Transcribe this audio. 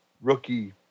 rookie